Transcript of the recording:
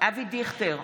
אבי דיכטר,